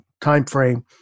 timeframe